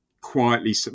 quietly